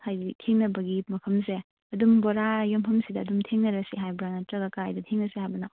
ꯍꯥꯏꯕꯗꯤ ꯊꯦꯡꯅꯕꯒꯤ ꯃꯐꯝꯁꯦ ꯑꯗꯨꯝ ꯕꯣꯔꯥ ꯌꯣꯟꯐꯝꯁꯤꯗ ꯑꯗꯨꯝ ꯊꯦꯡꯅꯔꯁꯤ ꯍꯥꯏꯕ꯭ꯔꯥ ꯅꯠꯇ꯭ꯔꯒ ꯀꯔꯥꯏꯗ ꯊꯦꯡꯅꯁꯤ ꯍꯥꯏꯕꯅꯣ